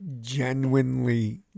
genuinely